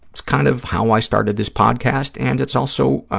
it's kind of how i started this podcast and it's also